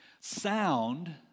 sound